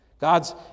God's